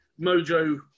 Mojo